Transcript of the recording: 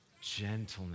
Gentleness